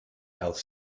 health